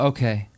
Okay